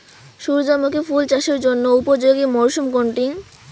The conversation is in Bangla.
সূর্যমুখী ফুল চাষের জন্য উপযোগী মরসুম কোনটি?